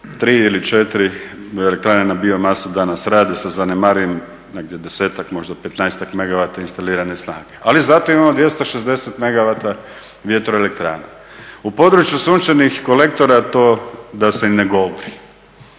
3 ili 4 elektrane na biomasu danas rade sa zanemarivim negdje 10-ak možda 15-ak megawata instalirane snage, ali zato imamo 260 megawata vjetroelektrana. U području sunčanih kolektora to da se i ne govori.